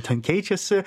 ten keičiasi